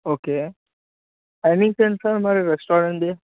okay timings ఏంటి sir మరి రెస్టారెంట్ది